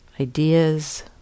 ideas